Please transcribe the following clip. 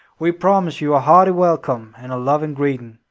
we promise you a hearty welcome, and a loving greeting,